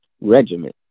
regiment